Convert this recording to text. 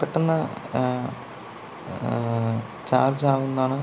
പെട്ടെന്ന് ചാർജ് ആകും എന്നാണ്